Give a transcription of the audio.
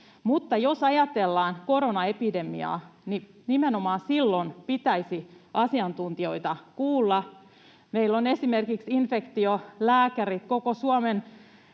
Mutta jos ajatellaan koronaepidemiaa, niin nimenomaan silloin pitäisi asiantuntijoita kuulla. Meillä esimerkiksi infektiolääkärit, koko Suomen